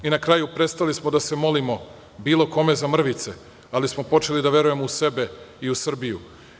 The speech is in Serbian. Na kraju, prestali smo da se molimo bilo kome za mrvice, ali smo počeli da verujemo u sebe i u Srbiju.